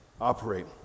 operate